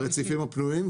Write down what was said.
הרציפים הפנויים,